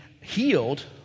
healed